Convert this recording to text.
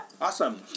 awesome